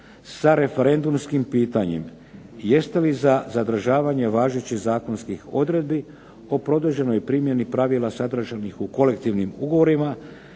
sa referendumskim pitanjem jeste li za zadržavanje važećih zakonskih odredbi o produženoj primjeni pravila sadržanih u kolektivnim ugovorima